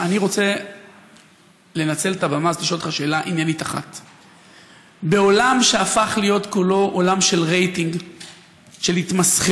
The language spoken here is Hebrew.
אני מסתכל על הדגל המדהים והיפהפה מאחוריך ואני מתמלא